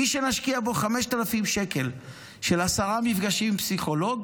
מי שנשקיע בו 5,000 שקל לעשרה מפגשים עם פסיכולוג,